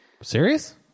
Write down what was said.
Serious